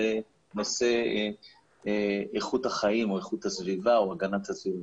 נושא איכות החיים או איכות הסביבה או הגנת הסביבה.